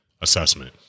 assessment